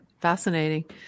fascinating